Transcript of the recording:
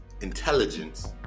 intelligence